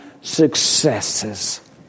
successes